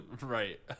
right